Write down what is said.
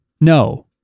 No